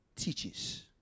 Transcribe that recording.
teaches